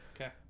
Okay